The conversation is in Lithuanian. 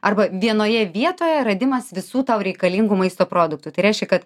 arba vienoje vietoje radimas visų tau reikalingų maisto produktų tai reiškia kad